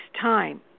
time